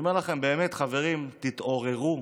ואני אומר לכם: חברים, תתעוררו.